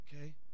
Okay